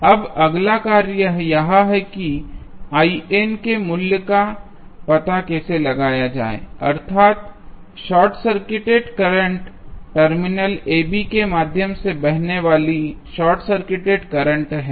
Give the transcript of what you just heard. अब अगला कार्य यह है किके मूल्य का पता कैसे लगाया जाए अर्थात short circuited current terminal ab के माध्यम से बहने वाली शॉर्ट सर्किटेड करंट है